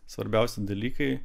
svarbiausi dalykai